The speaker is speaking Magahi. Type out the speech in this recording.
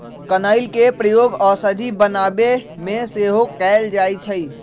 कनइल के प्रयोग औषधि बनाबे में सेहो कएल जाइ छइ